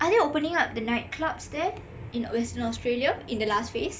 are they opening up the night clubs there in the western australia in the last phase